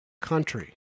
country